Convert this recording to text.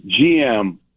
GM